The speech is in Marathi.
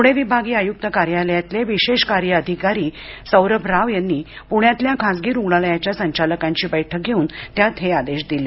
पुणे विभागीय आयूक्त कार्यालयातले विशेष कार्य अधिकारी सौरभ राव यांनी पृण्यातल्या खासगी रुग्णालयाच्या संचालकांची बैठक घेऊन त्यात हे आदेश दिले